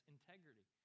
Integrity